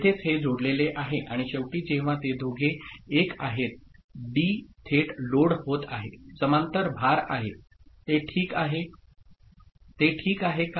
येथेच हे जोडलेले आहे आणि शेवटी जेव्हा ते दोघे 1 आहेत डी थेट लोड होत आहे समांतर भार आहे ते ठीक आहे का